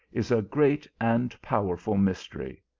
is a great and pow erful mystery.